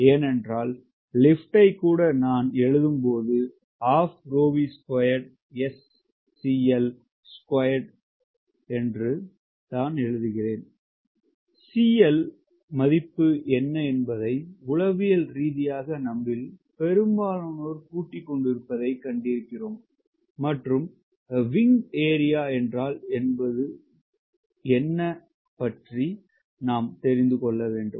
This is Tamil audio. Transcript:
ஏனென்றால் லிஃப்டை கூட நான் எழுதும் போது L 12 V2SC CL மதிப்பு என்ன என்பதை உளவியல் ரீதியாக நம்மில் பெரும்பாலோர் பூட்டிக் கொண்டிருப்பதை கண்டிருக்கிறேன் மற்றும் விங் ஏரியா என்றால் என்ன என்பது பற்றி நாம் தெரிந்து கொள்ள வேண்டும்